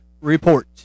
Report